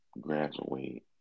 graduate